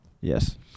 Yes